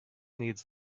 needs